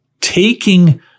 taking